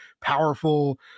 powerful